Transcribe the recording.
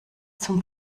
zum